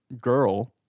Girl